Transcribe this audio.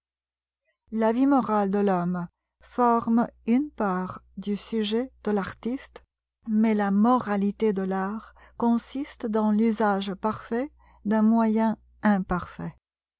la vie morale de l'homme forme une part du sujet de l'artiste mais la moralité de l'art consiste dans vusage parfait d'un moyen imparfait